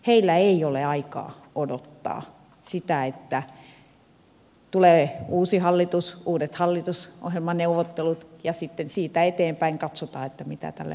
heillä ei ole aikaa odottaa sitä että tulee uusi hallitus uudet hallitusohjelmaneuvottelut ja sitten siitä eteenpäin katsotaan mitä tälle asialle tehdään